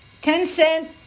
Tencent